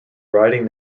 riding